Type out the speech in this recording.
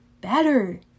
better